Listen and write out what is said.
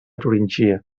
turíngia